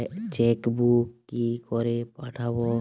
Chequebook কি করে পাবো?